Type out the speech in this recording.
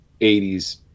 80s